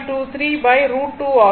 23 √ 2 ஆகும்